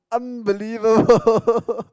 unbelievable